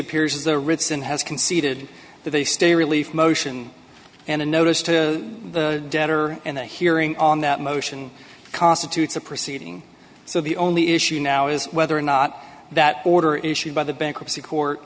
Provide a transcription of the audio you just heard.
appears the richardson has conceded that they stay relief motion and a notice to the debtor and a hearing on that motion constitutes a proceeding so the only issue now is whether or not that order issued by the bankruptcy court